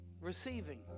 receiving